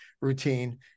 routine